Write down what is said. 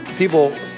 People